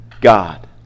God